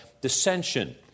dissension